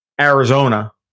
Arizona